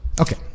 Okay